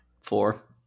Four